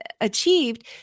achieved